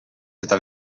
seda